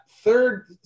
third